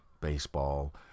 baseball